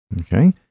Okay